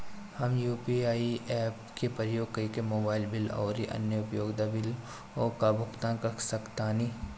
हम UPI apps के उपयोग करके मोबाइल बिल आउर अन्य उपयोगिता बिलों का भुगतान कर सकतानी